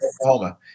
Oklahoma